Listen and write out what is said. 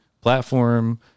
platform